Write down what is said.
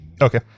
Okay